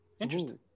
Interesting